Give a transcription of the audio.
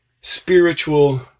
spiritual